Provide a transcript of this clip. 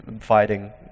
fighting